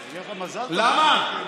למה?